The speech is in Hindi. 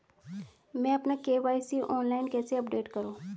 मैं अपना के.वाई.सी ऑनलाइन कैसे अपडेट करूँ?